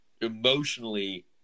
emotionally